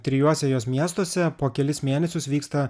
trijuose jos miestuose po kelis mėnesius vyksta